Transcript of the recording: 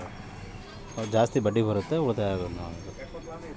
ನಮ್ ದುಡ್ಡನ್ನ ಎಫ್.ಡಿ ಮಾಡೋದ್ರಿಂದ ಜಾಸ್ತಿ ದುಡ್ಡು ಉಳಿತಾಯ ಆಗುತ್ತ